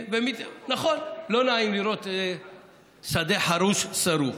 נכון, לא נעים לראות שדה חרוש שרוף.